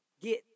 get